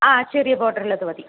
ആ ചെറിയ ബോർഡറുള്ളത് മതി